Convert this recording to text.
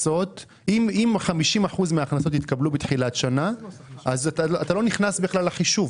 שאם 50% מן ההכנסות התקבלו בתחילת השנה אז אתה לא נכנס בכלל לחישוב.